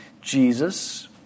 Jesus